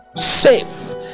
safe